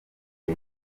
y’u